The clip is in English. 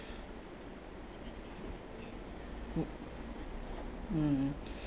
wou~ mm